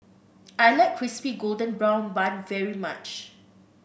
I like Crispy Golden Brown Bun very much